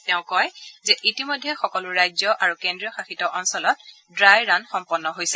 তেওঁ কয় যে ইতিমধ্যে সকলো ৰাজ্য আৰু কেন্দ্ৰীয় শাসিত অঞ্চলত ড্ৰাই ৰান সম্পন্ন হৈছে